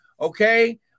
Okay